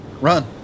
run